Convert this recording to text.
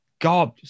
God